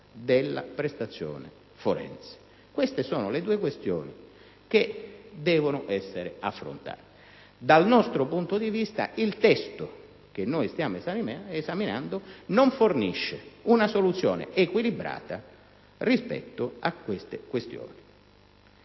della prestazione forense. Queste sono le due questioni che devono essere affrontate. Dal nostro punto di vista, il testo che stiamo esaminando non fornisce una soluzione equilibrata rispetto a tali questioni.